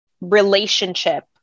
relationship